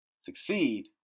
succeed